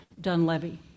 Dunleavy